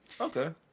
Okay